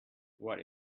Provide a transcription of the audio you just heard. what